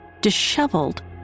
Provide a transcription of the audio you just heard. Disheveled